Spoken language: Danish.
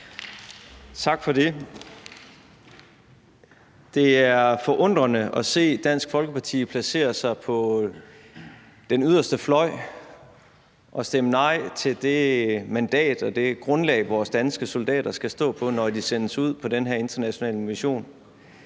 Tak for det. Det er forundrende at se Dansk Folkeparti placere sig på den yderste fløj og stemme nej til det mandat og det grundlag, vores danske soldater skal stå på, når de sendes ud på den her internationale mission.